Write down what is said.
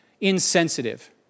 insensitive